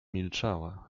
milczała